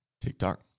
TikTok